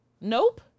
nope